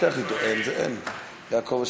יעקב אשר.